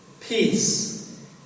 Peace